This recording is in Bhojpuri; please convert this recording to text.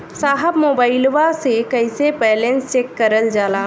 साहब मोबइलवा से कईसे बैलेंस चेक करल जाला?